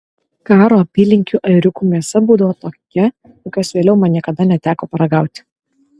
karo apylinkių ėriukų mėsa būdavo tokia kokios vėliau man niekada neteko paragauti